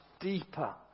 deeper